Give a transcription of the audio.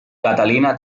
catalina